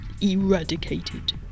eradicated